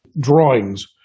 drawings